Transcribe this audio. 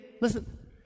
listen